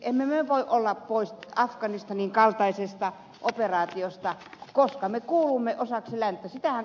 emme me voi olla pois afganistanin kaltaisesta operaatiosta koska me kuulumme osaksi länttä